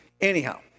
Anyhow